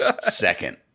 second